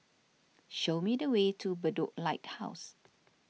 show me the way to Bedok Lighthouse